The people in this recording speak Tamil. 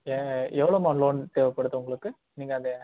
ஏ எவ்வளோம்மா லோன் தேவைப்படுது உங்களுக்கு நீங்கள் அந்த